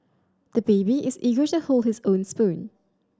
the baby is eager to hold his own spoon